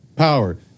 power